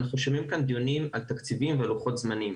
אנחנו שומעים כאן על דיונים על תקציבים ולוחות זמנים.